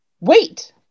Wait